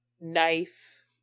knife